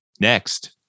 next